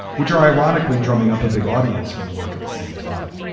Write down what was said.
which are ironically drumming up a big audience for the work at the same time.